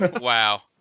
Wow